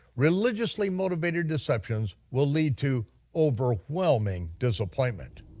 religiously motivated deceptions will lead to overwhelming disappointment.